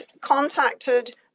contacted